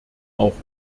auch